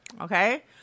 okay